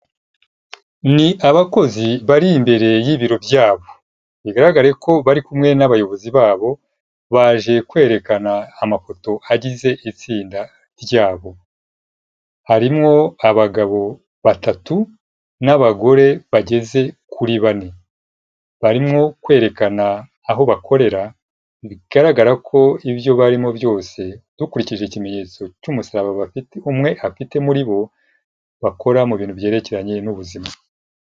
Ni abakozi bari imbere y'ibiro byabo, bigaragare ko bari kumwe n'abayobozi babo baje kwerekana amafoto agize itsinda ryabo, harimo abagabo batatu n'abagore bageze kuri bane, barimwo kwerekana aho bakorera bigaragara ko ibyo barimo byose dukurikije ikimenyetso cy'umusaraba bafite umwe afite muri bo bakora mu bintu byerekeranye n'ubuzima.